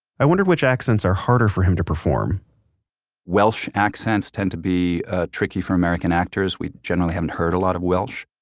i wondered which accents are harder for him to perform welsh accents tend to be ah tricky for american actors. we generally haven't heard a lot of welsh.